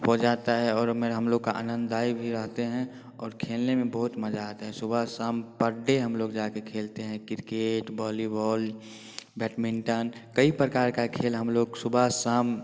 हो जाता है और मेरा हम लोग का आनंदाई भी रहते हैं और खेलने में बहुत मज़ा आता है सुबह शाम पर डे हम लोग जा के खेलते हैं क्रिकेट बॉलीबॉल बैटमिंटन कई प्रकार का खेल हम लोग सुबह शाम